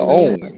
own